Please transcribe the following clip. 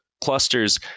clusters